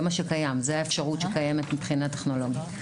זה מה שקיים, זה האפשרות שקיימת מבחינה טכנולוגית.